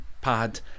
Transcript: pad